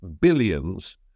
billions